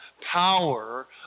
power